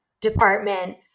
department